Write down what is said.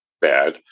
bad